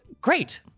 great